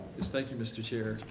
thank you, mr. chair.